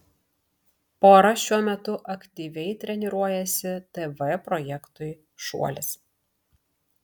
pora šiuo metu aktyviai treniruojasi tv projektui šuolis